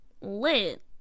lit